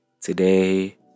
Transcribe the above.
today